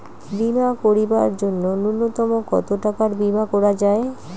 বীমা করিবার জন্য নূন্যতম কতো টাকার বীমা করা যায়?